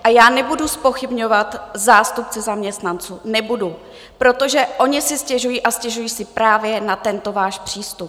A já nebudu zpochybňovat zástupce zaměstnanců, nebudu, protože oni si stěžují a stěžují si právě na tento váš přístup.